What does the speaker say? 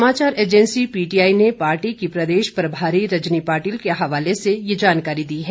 समाचार agency PTI ने पार्टी की प्रदेश प्रभारी रजनी पाटिल के हवाले से ये जानकारी दी है